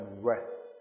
rest